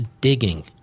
digging